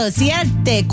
siete